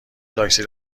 تاکسی